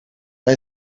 bij